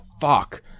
fuck